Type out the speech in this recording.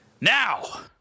Now